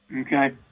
okay